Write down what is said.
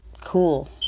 cool